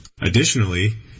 Additionally